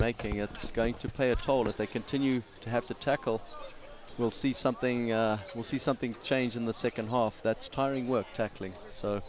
making it's going to play a told if they continue to have to tackle we'll see something we'll see something change in the second half that's tiring w